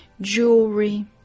jewelry